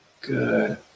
Good